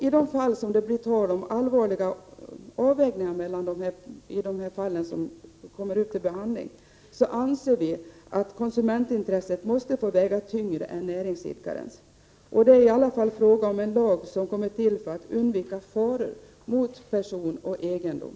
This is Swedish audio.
I de fall som kommer upp till behandling och där det blir tal om allvarliga avvägningar anser vi att konsumentintresset måste få väga tyngre än näringsidkarens. Det är i alla fall fråga om en lag som har kommit till för att undvika fara mot person och egendom.